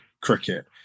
cricket